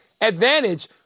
advantage